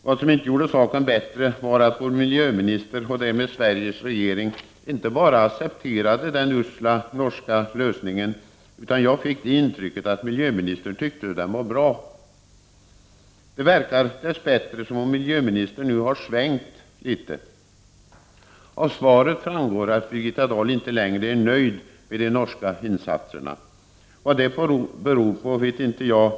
Vad som inte gjorde saken bättre var att vår miljöminister och därmed Sveriges regering inte bara accepterade den usla norska lösningen utan också tycktes anse att den var bra. Det verkar dess bättre som om miljöministern nu har svängt litet. Av svaret framgår att Birgitta Dahl inte längre är nöjd med de norska insatserna. Vad det beror på vet inte jag.